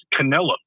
Canelo